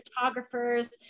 photographers